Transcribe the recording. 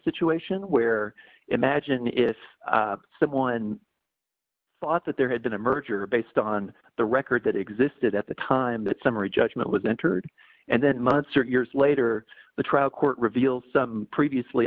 situation where imagine if someone thought that there had been a merger based on the record that existed at the time that summary judgment was entered and then months or years later the trial court reveals some previously